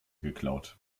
geklaut